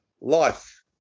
life